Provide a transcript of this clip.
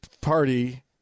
party